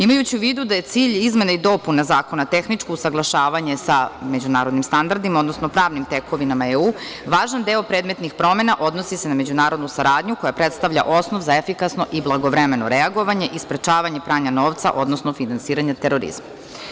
Imajući u vidu da je cilj izmena i dopuna Zakona tehničko usaglašavanje sa međunarodnim standardima, odnosno pravnim tekovima EU, važan deo predmetnih promena odnosi se na međunarodnu saradnju koja predstavlja osnov za efikasno i blagovremeno reagovanje i sprečavanje pranja novca, odnosno finansiranja terorizma.